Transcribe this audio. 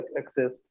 access